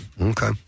Okay